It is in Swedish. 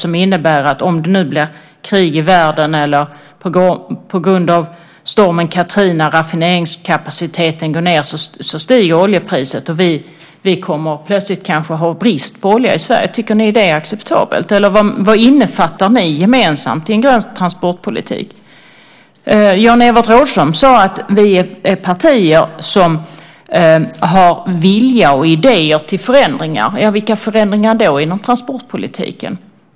Den innebär att om det nu blir krig i världen eller om raffineringskapaciteten går ned på grund av stormen Katrina så stiger oljepriset och vi kommer kanske plötsligt att ha brist på olja i Sverige. Tycker ni att det är acceptabelt? Eller vad innefattar ni gemensamt i en grön transportpolitik? Jan-Evert Rådhström sade: Vi är partier som har vilja och idéer till förändringar. Vilka förändringar då inom transportpolitiken?